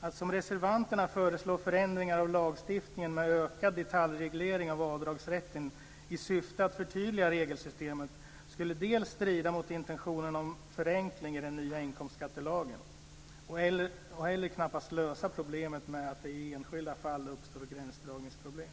Att, som reservanterna, föreslå förändringar av lagstiftningen med ökad detaljreglering av avdragsrätten i syfte att förtydliga regelsystemet skulle strida mot intentionen om förenkling i den nya inkomstskattelagen. Det skulle knappast lösa problemet med att det i enskilda fall uppstår gränsdragningsproblem.